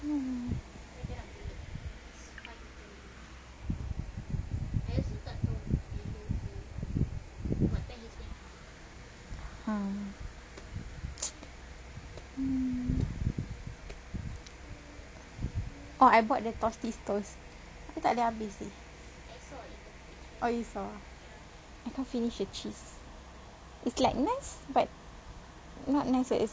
oh I bought the toasties toast aku tak boleh habis oh you saw ah I can't finish the cheese it's like nice but not nice at the same time